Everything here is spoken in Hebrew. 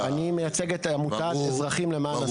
אני מייצג את עמותת אזרחים למען הסביבה.